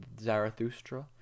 Zarathustra